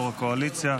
יושב-ראש הקואליציה.